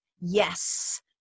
yes